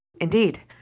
Indeed